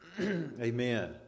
Amen